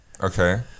Okay